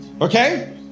Okay